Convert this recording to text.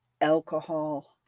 alcohol